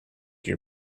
your